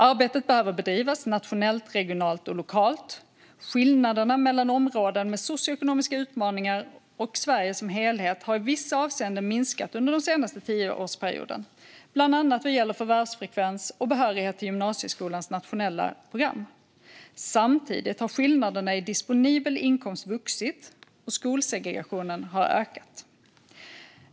Arbetet behöver bedrivas nationellt, regionalt och lokalt. Skillnaderna mellan områden med socioekonomiska utmaningar och i Sverige som helhet har i vissa avseenden minskat under den senaste tioårsperioden, bland annat vad gäller förvärvsfrekvens och behörighet till gymnasieskolans nationella program. Samtidigt har skillnaderna i disponibel inkomst vuxit och skolsegregationen ökat.